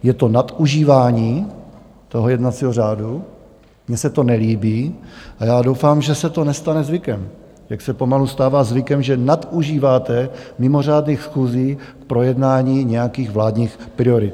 Je to nadužívání jednacího řádu, mně se to nelíbí a já doufám, že se to nestane zvykem, jak se pomalu stává zvykem, že nadužíváte mimořádných schůzí k projednání nějakých vládních priorit.